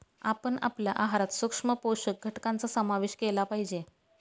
आपण आपल्या आहारात सूक्ष्म पोषक घटकांचा समावेश केला पाहिजे